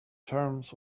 terms